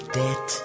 debt